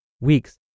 weeks